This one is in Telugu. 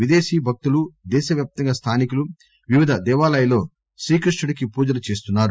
విదేశీ భక్తులు దేశ వ్యాప్తంగా స్థానికులు వివిధ దేవాలయాల్లో శ్రీకృష్ణుడికి పూజలు చేస్తున్నారు